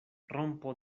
rompo